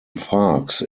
parks